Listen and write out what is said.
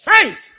saints